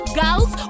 girls